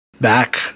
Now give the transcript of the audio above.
Back